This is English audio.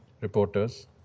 reporters